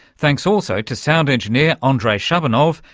thanks also to sound engineer andrei shabunov,